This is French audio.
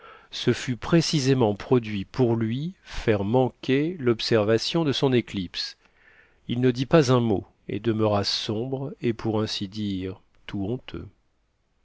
se fût précisément produit pour lui faire manquer l'observation de son éclipse il ne dit pas un mot et demeura sombre et pour ainsi dire tout honteux